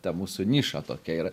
ta mūsų niša tokia yra